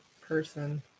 person